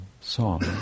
song